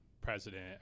president